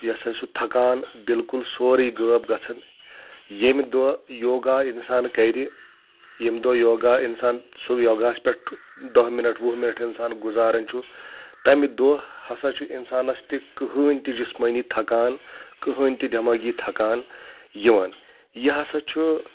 یہِ سُہ تھکان بالکُل سورُے غٲب گژھان ییٚمہِ دۄہ یوگا انسان کرِ ییٚمہِ دۄہ یوگا انسان سُہ یوگا ہس پؠٹھ دہ منٹ وُہ مِنٹ انسان گُزارن چھُ تمہِ دۄہ ہسا چھُ انسانس تہِ کٕہٕینۍ تہِ جسمٲنی تھکان کٕہٕینۍ تہِ دؠمٲغی تھکان یِوان یہِ ہسا چھُ